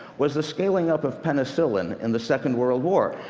was the scaling up of penicillin in the second world war.